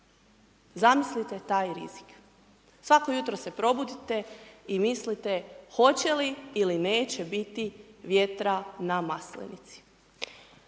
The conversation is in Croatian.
Zamislite taj rizik. Svako jutro se probudite i mislite hoće li ili neće biti vjetra na Maslenici.